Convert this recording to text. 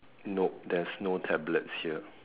nope there's no tablets here